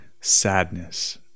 sadness